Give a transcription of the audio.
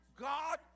God